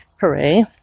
Hooray